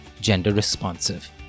gender-responsive